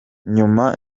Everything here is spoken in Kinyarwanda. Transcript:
nyuma